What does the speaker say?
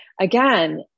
Again